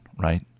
right